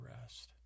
rest